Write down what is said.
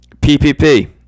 PPP